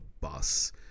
bus